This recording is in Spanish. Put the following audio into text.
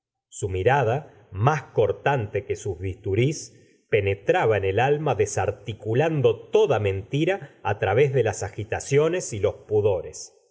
su mirada más cortante que sus bisturís penetraba en el alma desarticulando toda mentira á través de las agitaciones y los pudores